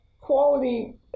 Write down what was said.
quality